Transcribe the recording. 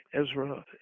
Ezra